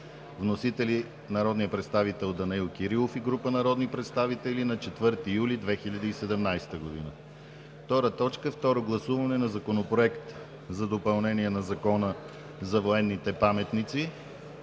Вносители са народният представител Даниел Кирилов и група народни представители на 4 юли 2017 г. 2. Второ гласуване на Законопроекта за допълнение на Закона за военните паметници.